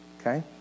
Okay